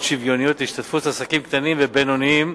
שוויוניות להשתתפות עסקים קטנים ובינוניים,